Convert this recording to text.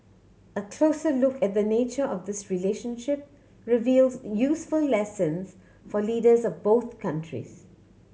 a closer look at the nature of this relationship reveals useful lessons for leaders of both countries